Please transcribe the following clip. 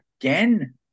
again